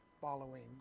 following